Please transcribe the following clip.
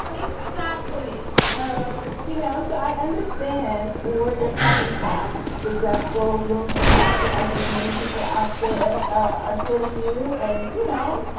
exactly um you know, so i understand where you're coming from, the jeff goldblum attraction. i think many people out there are feeling you. and, you know,